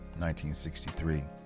1963